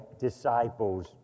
disciples